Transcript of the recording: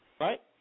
Right